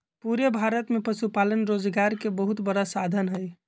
पूरे भारत में पशुपालन रोजगार के बहुत बड़ा साधन हई